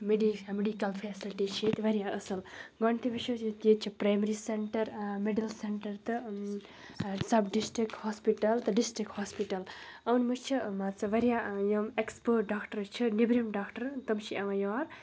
میٚڈی medical facility چھِ ییٚتہِ واریاہ اَصٕل گۄڈںٮ۪تھٕے وٕچھو أسۍ ییٚتہِ ییٚتہِ چھِ پرٛایمری سٮ۪نٹر مِڈٕل سٮ۪نٹر تہٕ سَب ڈِسٹِرٛک ہاسپِٹَل تہٕ ڈِسٹِرٛک ہاسپِٹَل یِمَن منٛز چھِ مان ژٕ واریاہ یِم اٮ۪کٕسپٲٹ ڈاکٹٔرٕز چھِ نیٚبرِم ڈاکٹر تٕم چھِ یِوان یور